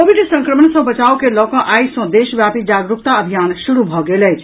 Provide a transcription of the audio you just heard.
Covid संक्रमण सॅ बचाव के लऽकऽ आइ सॅ देशव्यापी जागरूकता अभियान शुरू भऽ गेल अछि